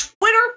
Twitter